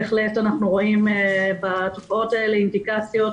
בהחלט אנחנו רואים בתופעות האלה אינדיקציות